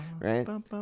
Right